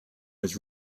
was